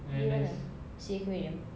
pergi mana sea aquarium